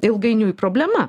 ilgainiui problema